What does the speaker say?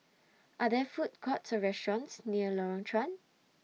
Are There Food Courts Or restaurants near Lorong Chuan